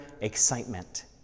excitement